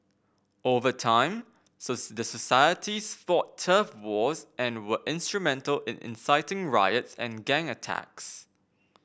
over time the societies fought turf wars and were instrumental in inciting riots and gang attacks